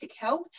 health